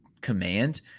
command